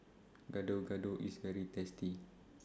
Gado Gado IS very tasty